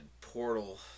portal